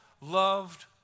loved